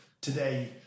Today